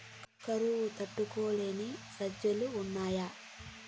కరువు తట్టుకునే సజ్జలు ఉన్నాయా